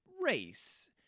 race